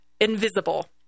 invisible